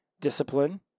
discipline